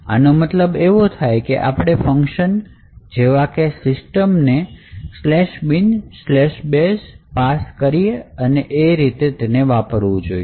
આનો મતલબ એવો થાય કે આપણે ફંકશન જેવું કે system ને binbash પાસ કરી અને વાપરવું જોઈએ